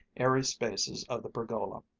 airy spaces of the pergola.